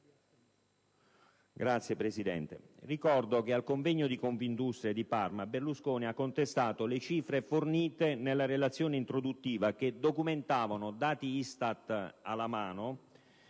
Governo. Ricordo che al convegno di Confindustria di Parma Berlusconi ha contestato le cifre fornite nella relazione introduttiva che documentavano - dati ISTAT alla mano